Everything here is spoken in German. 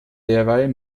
derweil